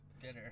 Dinner